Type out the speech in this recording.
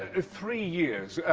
ah three years.